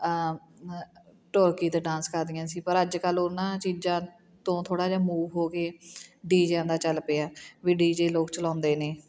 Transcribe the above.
ਢੋਲਕੀ ਅਤੇ ਡਾਂਸ ਕਰਦੀਆਂ ਸੀ ਪਰ ਅੱਜ ਕੱਲ੍ਹ ਉਹਨਾਂ ਚੀਜ਼ਾਂ ਤੋਂ ਥੋੜ੍ਹਾ ਜਿਹਾ ਮੂਵ ਹੋ ਕੇ ਡੀਜਿਆਂ ਦਾ ਚੱਲ ਪਿਆ ਵੀ ਡੀਜੇ ਲੋਕ ਚਲਾਉਂਦੇ ਨੇ